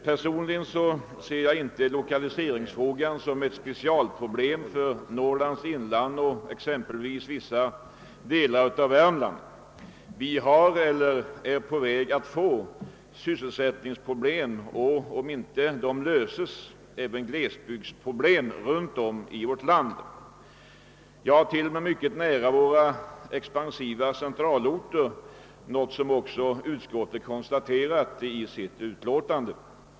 Personligen ser jag inte lokaliseringsfrågan som ett specialproblem för Norrlands inland och t.ex. vissa delar av Värmland. Vi har — eller är på väg att få — sysselsättningsproblem och, om dessa inte löses, glesbygdsproblem runtom i vårt land, ja, till och med mycket nära våra mest expansiva centralorter, något som också utskottet har konstaterat i sitt utlåtande.